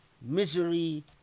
misery